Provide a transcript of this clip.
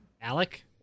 Alec